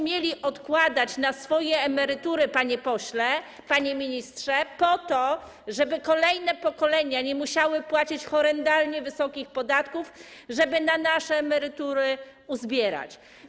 Mieliśmy odkładać na swoje emerytury, panie pośle, panie ministrze, po to, żeby kolejne pokolenia nie musiały płacić horrendalnie wysokich podatków, żeby na nasze emerytury uzbierać.